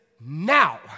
now